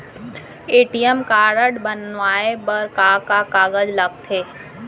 ATM card बनवाये बर का का कागज लगथे?